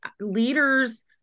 leaders